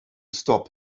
stop